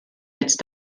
jetzt